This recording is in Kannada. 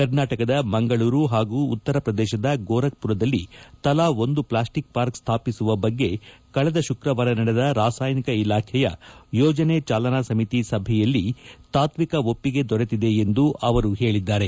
ಕರ್ನಾಟಕದ ಮಂಗಳೂರು ಹಾಗೂ ಉತ್ತರ ಪ್ರದೇಶದ ಗೋರಖ್ಮರದಲ್ಲಿ ತಲಾ ಒಂದು ಪ್ಲಾಸ್ಟಿಕ್ ಪಾರ್ಕ್ ಸ್ಥಾಪಿಸುವ ಬಗ್ಗೆ ಕಳೆದ ಶುಕ್ರವಾರ ನಡೆದ ರಾಸಾಯನಿಕ ಇಲಾಖೆಯ ಯೋಜನೆ ಜಾಲನಾ ಸಮಿತಿ ಸಭೆಯಲ್ಲಿ ತಾಕ್ವಿಕ ಒಪ್ಪಿಗೆ ದೊರೆತಿದೆ ಎಂದು ಅವರು ಪೇಳಿದ್ದಾರೆ